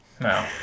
No